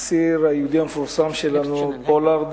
האסיר היהודי המפורסם שלנו, פולארד,